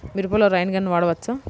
మిరపలో rain gun వాడవచ్చా?